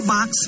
Box